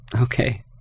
Okay